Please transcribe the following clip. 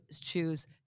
choose